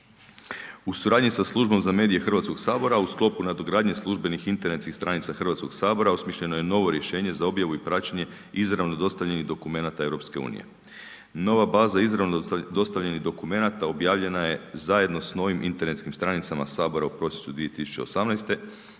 U suradnji sa Službom za medije Hrvatskog sabora u sklopu nadogradnje službenih internetskih stranica Hrvatskog sabora osmišljeno je novo rješenje za objavu i praćenje izravno dostavljenih dokumenata EU. Nova baza izravno dostavljenih dokumenata objavljena je zajedno s novim internetskim stranicama Sabora u prosincu 2018.